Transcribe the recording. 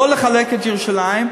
לא לחלק את ירושלים,